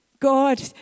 God